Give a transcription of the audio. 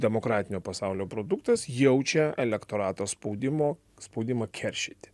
demokratinio pasaulio produktas jaučia elektorato spaudimo spaudimą keršyti